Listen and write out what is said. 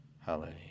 Hallelujah